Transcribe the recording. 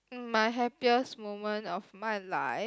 my happiest moment of my life